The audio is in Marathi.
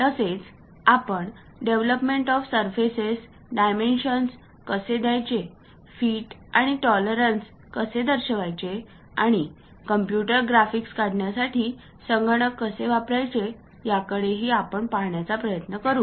तसेच आपण डेव्हलपमेंट ऑफ सरफेसेस डायमेन्शन्स कसे द्यायचे फिट आणि टॉलरन्स कसे दर्शवायचे आणि कम्प्यूटर ग्राफिक्स काढण्यासाठी संगणक कसे वापरायचे याकडेही आपण पाहण्याचा प्रयत्न करू